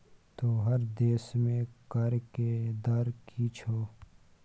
तोहर देशमे कर के दर की छौ?